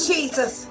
Jesus